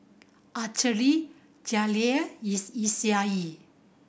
Alterly Jaleel Eg